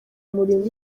umurimo